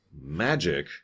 magic